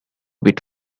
bit